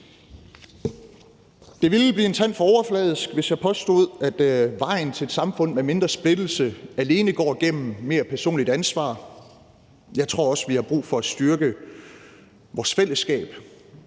Det ville blive en tand for overfladisk, hvis jeg påstod, at vejen til et samfund med mindre splittelse alene går igennem mere personligt ansvar, for jeg tror også, vi har brug for at styrke vores fællesskab.